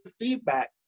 feedback